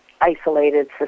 isolated